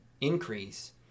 increase